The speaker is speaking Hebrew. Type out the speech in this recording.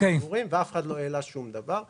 ואף אחד לא העלה שום דבר.